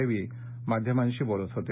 देवी माध्यमांशी बोलत होते